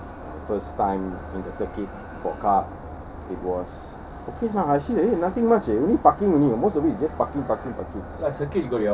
first time the circuit for car it was okay lah actually nothing much eh only parking only most of it is actually parking parking parking